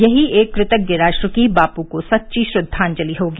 यही एक कृतज़ राष्ट्र की बापू को सच्ची श्रद्वाजंति होगी